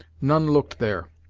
none looked there,